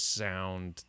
sound